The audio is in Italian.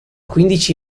quindici